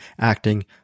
acting